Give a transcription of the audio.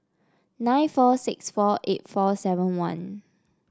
nine four six four eight four seven one